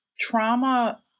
trauma